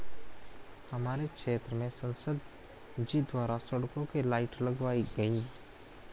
हमारे क्षेत्र में संसद जी द्वारा सड़कों के लाइट लगाई गई